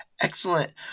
Excellent